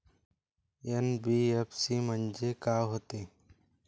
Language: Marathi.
एन.बी.एफ.सी म्हणजे का होते?